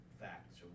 facts